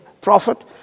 prophet